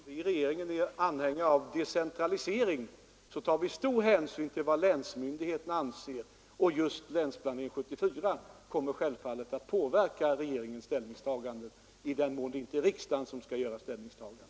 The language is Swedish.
Fru talman! Eftersom vi i regeringen är anhängare av decentralisering, tar vi stor hänsyn till vad länsmyndigheterna anser, och just Länsplanering 1974 kommer självfallet att påverka regeringens ställningstagande i den mån det inte är riksdagen som skall göra ställningstagandet.